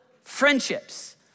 friendships